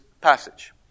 passage